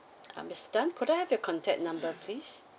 uh mister tan could I have your contact number please